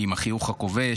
עם החיוך הכובש,